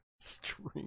stream